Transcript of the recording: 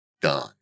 done